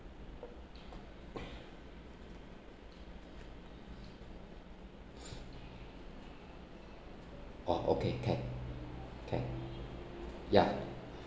oh okay can can ya